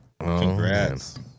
Congrats